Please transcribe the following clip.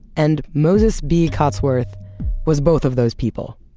and moses b. cotsworth was both of those people